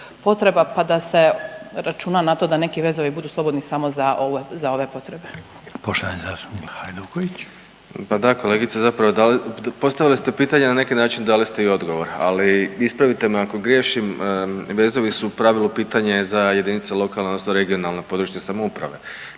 potreba pa da se računa na to da neki vezovi budu slobodni samo za ove potrebe? **Reiner, Željko (HDZ)** Poštovani zastupnik Hajduković. **Hajduković, Domagoj (Nezavisni)** Pa da kolegice zapravo postavili ste pitanje na neki način dali ste i odgovor, ali ispravite me ako griješim vezovi su u pravilu pitanje za jedinice lokalne odnosno regionalne , područne samouprave.